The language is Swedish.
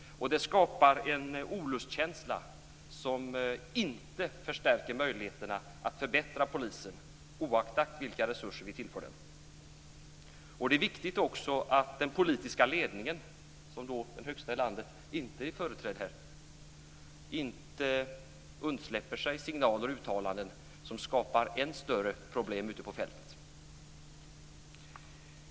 Det skapar en olustkänsla som inte förstärker möjligheterna att förbättra polisen, oaktat vilka resurser vi tillför den. Det är också viktigt att den politiska ledningen, som den högsta i landet, och som inte är företrädd i den här debatten, inte undsläpper sig signaler och uttalanden som skapar än större problem ute på fältet.